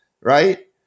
right